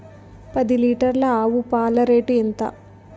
పది లీటర్ల ఆవు పాల రేటు ఎంత?